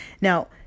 Now